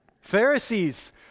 Pharisees